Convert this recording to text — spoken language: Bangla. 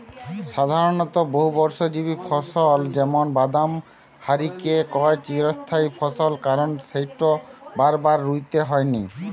সাধারণত বহুবর্ষজীবী ফসল যেমন বাদাম হারিকে কয় চিরস্থায়ী ফসল কারণ সউটা বারবার রুইতে হয়নি